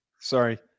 Sorry